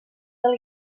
del